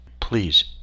please